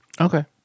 Okay